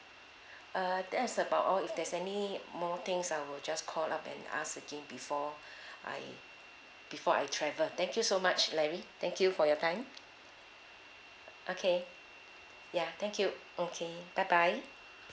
uh there's about all if there's any more things I will just call up and ask again before I before I travel thank you so much larry thank you for your time okay ya thank you okay bye bye